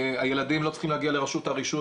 הילדים לא צריכים להגיע לרשות הרישוי,